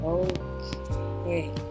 okay